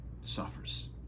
suffers